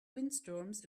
windstorms